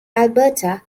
alberta